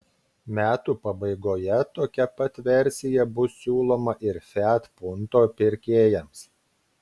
metų pabaigoje tokia pat versija bus siūloma ir fiat punto pirkėjams